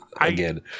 again